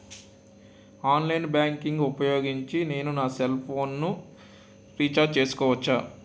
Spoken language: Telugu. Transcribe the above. ఆన్లైన్ బ్యాంకింగ్ ఊపోయోగించి నేను నా సెల్ ఫోను ని రీఛార్జ్ చేసుకోవచ్చా?